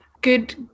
good